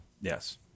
Yes